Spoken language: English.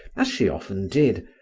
as she often did,